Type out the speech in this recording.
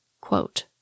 quote